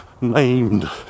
named